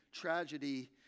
tragedy